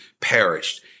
perished